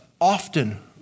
often